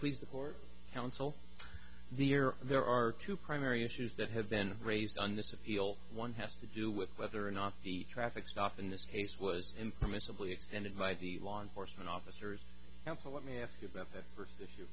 please the court counsel near there are two primary issues that have been raised on this appeal one has to do with whether or not the traffic stop in this case was impermissibly extended by the law enforcement officers hempel let me ask you about the first is